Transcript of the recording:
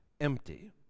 empty